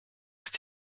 ist